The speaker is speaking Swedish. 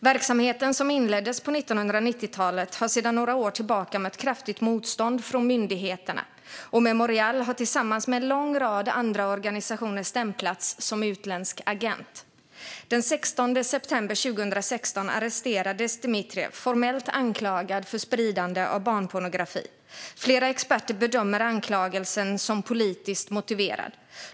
Verksamheten, som inleddes på 1990-talet, har sedan några år tillbaka mött kraftigt motstånd från myndigheterna, och Memorial har tillsammans med en lång rad andra organisationer stämplats som utländska agenter. Den 16 december 2016 arresterades Dmitrijev, formellt anklagad för spridande av barnpornografi. Flera experter bedömer anklagelsen som politiskt motiverad.